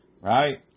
Right